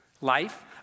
life